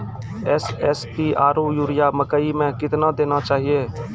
SSP आरु urea मकई मे कितना देना चाहिए?